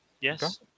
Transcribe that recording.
Yes